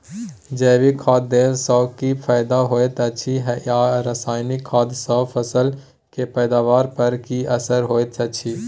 जैविक खाद देला सॅ की फायदा होयत अछि आ रसायनिक खाद सॅ फसल के पैदावार पर की असर होयत अछि?